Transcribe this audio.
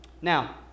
Now